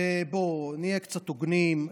ובואו נהיה קצת הוגנים,